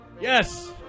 Yes